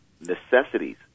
necessities